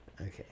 Okay